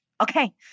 Okay